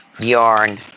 Yarn